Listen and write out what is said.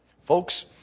Folks